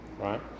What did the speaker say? right